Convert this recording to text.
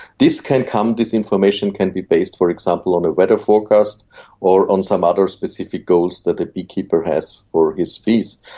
this can come, this information can be based for example on a weather forecast or on some other specific goals that the beekeeper has for his bees.